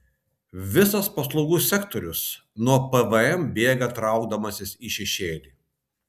visas paslaugų sektorius nuo pvm bėga traukdamasis į šešėlį